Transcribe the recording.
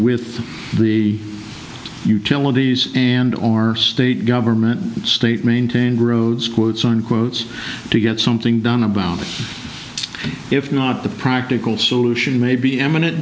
with the utilities and or state government state maintained roads quotes own quotes to get something done about if not the practical solution may be eminent